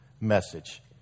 message